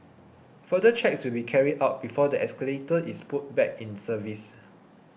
further checks will be carried out before the escalator is put back in service